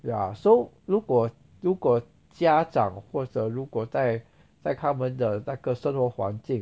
ya so 如果如果家长或者如果在在他们的那个生活环境